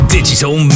Digital